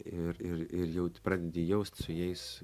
ir ir ir jau pradedi jaust su jais